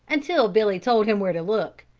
until billy told him where to look.